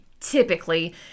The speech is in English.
typically